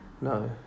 No